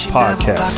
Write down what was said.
Podcast